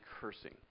cursing